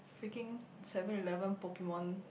freaking Seven-Eleven Pokemon